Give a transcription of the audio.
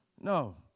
No